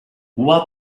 what